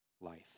life